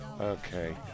Okay